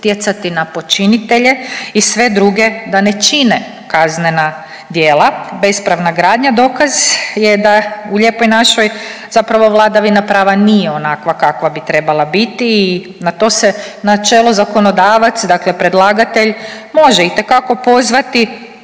te utjecati na počinitelje i sve druge da ne čine kaznena djela. Bespravna gradnja dokaz je da u Lijepoj našoj zapravo vladavina prava nije onakva kakva bi trebala biti i na to se načelo zakonodavac, dakle predlagatelj može itekako pozvati